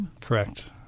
Correct